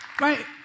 Right